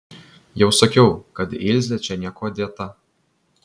jau sakiau kad ilzė čia niekuo dėta